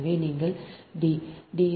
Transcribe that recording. எனவே நீங்கள் D